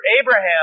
Abraham